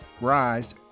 RISE